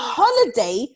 holiday